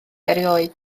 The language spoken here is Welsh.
erioed